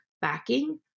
backing